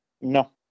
no